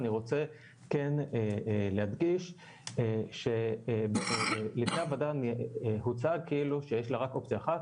אני רוצה כן להדגיש שלפני הוועדה הוצג כאילו שיש לה רק אופציה אחת,